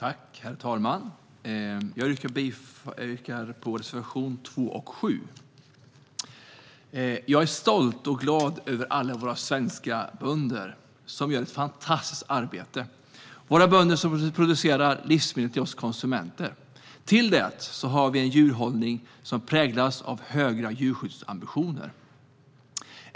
Herr talman! Jag yrkar bifall till reservationerna 2 och 7 Jag är stolt och glad över alla våra svenska bönder som gör ett fantastiskt arbete - våra bönder som producerar livsmedel för oss konsumenter. Till detta har vi en djurhållning som präglas av höga djurskyddsambitioner.